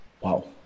Wow